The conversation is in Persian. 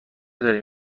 داریم